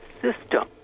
system